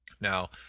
Now